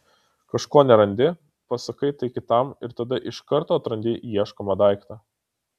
kažko nerandi pasakai tai kitam ir tada iš karto atrandi ieškomą daiktą